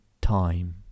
time